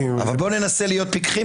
בואו ננסה להיות פיקחים